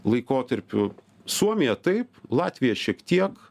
laikotarpiu suomija taip latvija šiek tiek